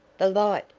the light!